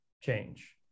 change